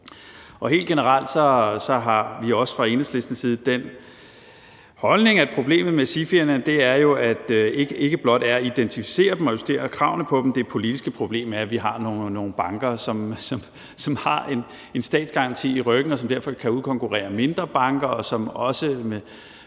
Helt generelt har vi også fra Enhedslistens side den holdning, at problemet med SIFI'erne jo ikke blot er at identificere dem og justere kravene til dem, men at det politiske problem er, at vi har nogle banker, som har en statsgaranti i ryggen, og som derfor kan udkonkurrere mindre banker, og at for store